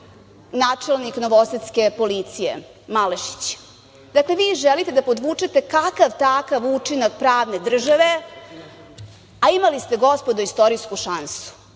načelnik novosadske policije Malešić. Dakle, vi želite da podvučete kakav-takav učinak pravne države, a imali ste, gospodo, istorijsku šansu.